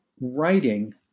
writing